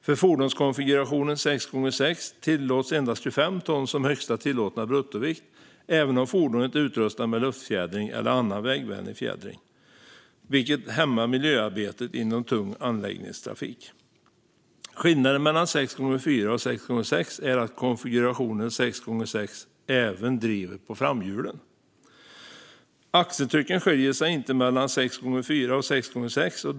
För fordonskonfigurationen 6 × 6 tillåts endast 25 ton som högsta tillåtna bruttovikt, även om fordonet är utrustat med luftfjädring eller annan vägvänlig fjädring. Detta hämmar miljöarbetet inom tung anläggningstrafik. Skillnaden mellan 6 × 4 och 6 × 6 är att konfigurationen 6 × 6 även driver på framhjulen. Axeltrycken skiljer sig inte mellan 6 × 4 och 6 × 6.